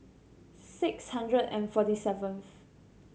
six hundred and forty seventh